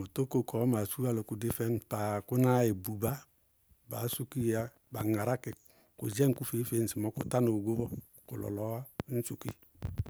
Tóko kɔɔ maa súwá lɔ kʋdé fɛmɛ páá, kʋná yɛ buná. Baá súkɩɩyá, ba ŋará kɩ kʋ dzɛŋ kʋ feé-feé ŋsɩmɔɔ, kʋ tána ogó bɔɔ, kʋ lɔɔ'ɔwá, ññsu kɩ.